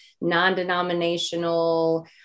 non-denominational